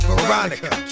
Veronica